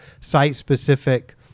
site-specific